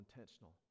intentional